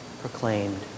proclaimed